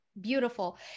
beautiful